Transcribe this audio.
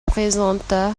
présenta